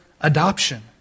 adoption